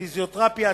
פיזיותרפיה,